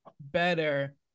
better